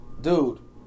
dude